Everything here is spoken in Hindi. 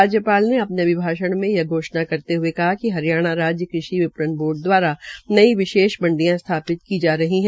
राज्यपाल ने अपने अभिभाषण में यह घोषणा करते हये कहा कि हरियाणा राज्य कृषि विपणन बोर्ड द्वारा नई विशेष मंडिया स्थापित की जा रही है